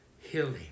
healing